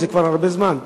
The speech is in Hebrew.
זה כבר הרבה זמן.